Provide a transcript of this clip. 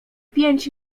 pięć